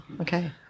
okay